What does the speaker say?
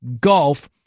GOLF